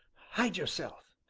hide yourself!